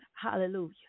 Hallelujah